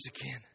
again